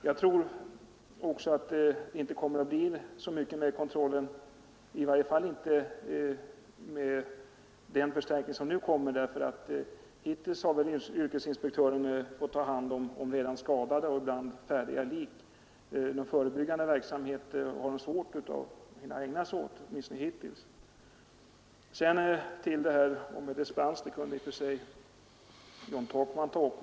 Jag tror inte att det blir så mycket med kontrollen, i varje fall inte med den förstärkning som nu kommer. Hittills har väl yrkesinspektörerna fått ta hand om redan skadade och ibland om lik. Förebyggande verksamhet har de åtminstone hittills haft svårt att hinna ägna sig åt. Frågan om dispenser kunde i och för sig John Takman ta upp.